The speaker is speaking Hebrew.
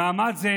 במעמד זה